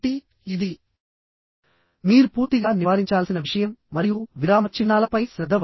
కాబట్టి ఇది మీరు పూర్తిగా నివారించాల్సిన విషయం మరియు విరామ చిహ్నాలపై శ్రద్ధ వహించాలి